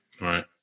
Right